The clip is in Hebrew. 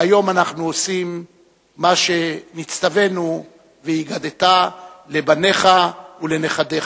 והיום אנחנו עושים מה שנצטווינו: והגדת לבניך ולנכדיך.